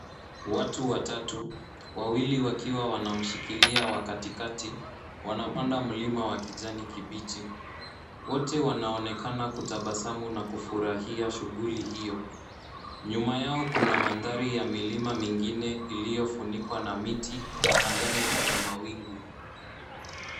Watu watatu, wawili wakiwa wanamshikilia wa katikati wanapanda mlima wa kijani kibichi. Wote wanaonekana kutabasamu na kufurahia shughuli hiyo. Nyuma yao kuna mandhari ya milima mingine iliyofunikwa na miti na angani kuna mawingu.